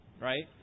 right